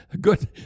Good